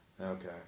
Okay